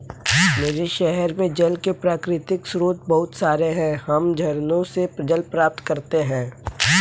मेरे शहर में जल के प्राकृतिक स्रोत बहुत सारे हैं हम झरनों से जल प्राप्त करते हैं